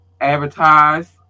advertise